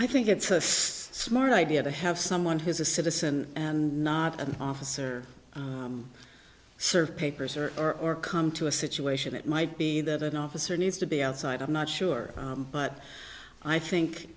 i think it's a smart idea to have someone who's a citizen and not an officer serve papers or our or come to a situation it might be that an officer needs to be outside i'm not sure but i think